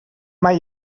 mai